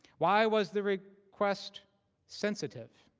why was the request sensitive?